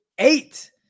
Eight